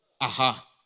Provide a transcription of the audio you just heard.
Aha